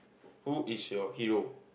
who is your hero